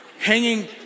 hanging